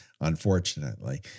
unfortunately